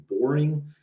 boring